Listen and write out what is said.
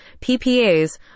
PPAs